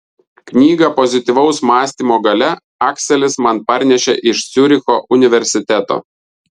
knygą pozityvaus mąstymo galia akselis man parnešė iš ciuricho universiteto